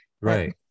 Right